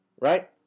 right